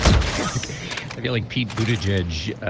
ah like ivy-league pete budo jej jej